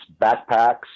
backpacks